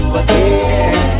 again